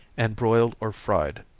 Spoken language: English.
and broiled or fried.